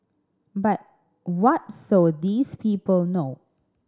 but what so these people know